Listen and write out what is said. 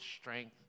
strength